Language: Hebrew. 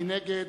מי נגד?